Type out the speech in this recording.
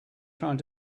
trying